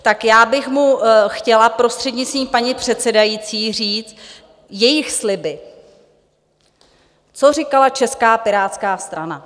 Tak já bych mu chtěla, prostřednictvím paní předsedající, říct jejich sliby, co říkala Česká pirátská strana?